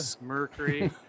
mercury